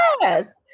Yes